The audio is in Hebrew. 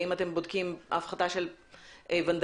האם אתם בודקים הפחתה של ונדליזם?